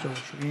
45 דקות.